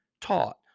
taught